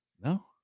No